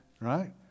right